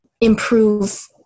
improve